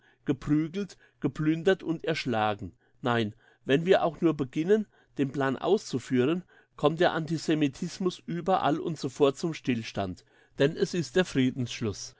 geprügelt geplündert und erschlagen nein wenn wir auch nur beginnen den plan auszuführen kommt der antisemitismus überall und sofort zum stillstand denn es ist der